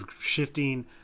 shifting